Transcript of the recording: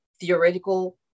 theoretical